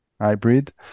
hybrid